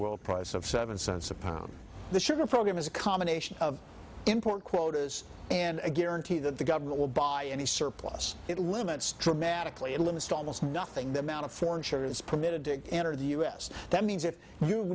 of seven cents a pound the sugar program is a combination of import quotas and a guarantee that the government will buy any surplus it limits dramatically and limits to almost nothing the amount of for insurance permitted to enter the u s that means